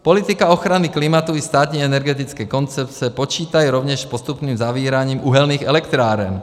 Politika ochrany klimatu i státní energetické koncepce počítá rovněž s postupným zavíráním uhelných elektráren.